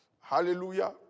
Hallelujah